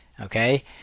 Okay